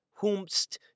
whomst